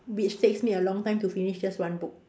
which takes me a long time to finish just one book